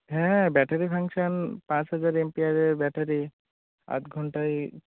হ্যাঁ battery function পাঁচ হাজার অ্যাম্পিয়ারের ব্যাটারি আধ ঘন্টায়